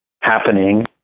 happening